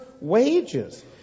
wages